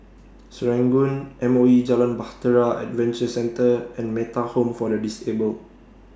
Serangoon M O E Jalan Bahtera Adventure Centre and Metta Home For The Disabled